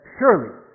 Surely